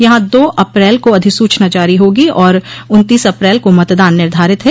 यहां दो अप्रैल को अधिसूचना जारी होगी और उन्तीस अप्रैल को मतदान निर्धारित है